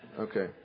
Okay